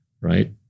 right